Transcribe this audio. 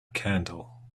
candle